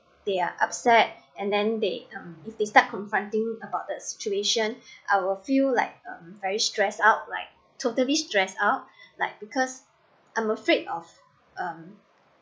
they are upset and then they um if they start confronting about the situation I'll feel like very stressed out like totally stressed out like because I'm afraid of um